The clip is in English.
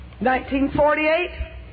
1948